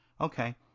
okay